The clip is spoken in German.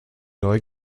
neu